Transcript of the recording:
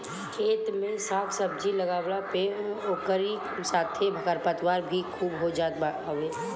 खेत में साग सब्जी लगवला पे ओकरी साथे खरपतवार भी खूब हो जात हवे